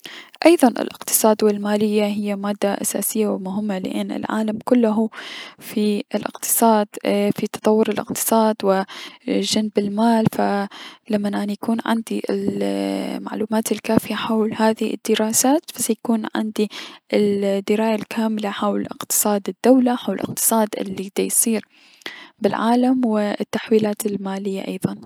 ايضا الأقصاد و المالية هي مادة مهمة لأن العالم كله في اقتصاد في تطور الأقتصاد و جلب المال فلمن اني يكون عندي المعلومات الكافية حول هذي الدراسات فسيكون عندي الدراية الكاملة حول اقتصاد الدولة حول اقتصاد الي ديصير بلعالم و التحويلات المالية ايضا.